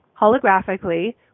holographically